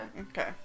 okay